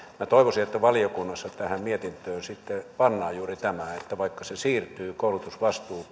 minä toivoisin että valiokunnassa tähän mietintöön sitten pannaan juuri tämä että vaikka koulutusvastuu